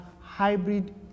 hybrid